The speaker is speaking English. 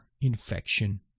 infection